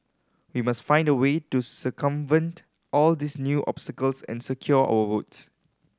we must find the way to circumvent all these new obstacles and secure our votes